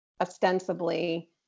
ostensibly